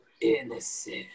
Innocent